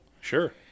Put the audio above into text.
Sure